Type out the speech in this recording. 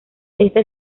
esta